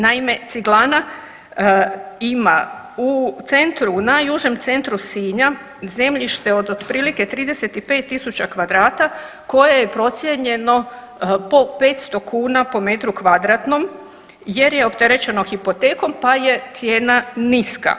Naime, ciglana ima u centru u najužem centru Sinja zemljište od otprilike 35.000 kvadrata koje je procijenjeno po 500 kuna po metru kvadratnom jer je opterećeno hipotekom pa je cijena niska.